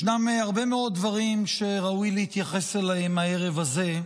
ישנם הרבה מאוד דברים שראוי להתייחס אליהם הערב הזה,